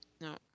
No